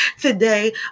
today